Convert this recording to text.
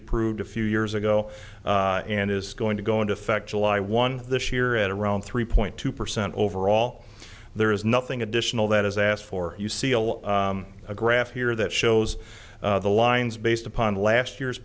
approved a few years ago and is going to go into effect july one this year at around three point two percent overall there is nothing additional that is asked for you seal a graph here that shows the lines based upon last year's